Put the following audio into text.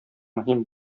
мөһим